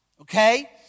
Okay